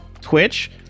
Twitch